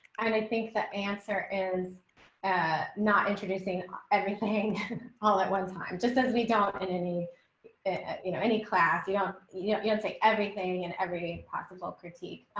and i think the answer is not introducing everything all at one time, just as we don't in any you know any class, you don't yeah you don't say everything and every possible critique,